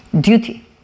duty